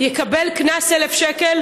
יקבל קנס 1,000 שקל,